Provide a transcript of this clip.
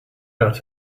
out